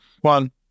One